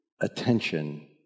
attention